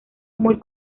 muy